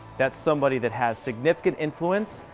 that's somebody that has significant influence,